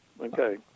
okay